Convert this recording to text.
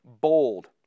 bold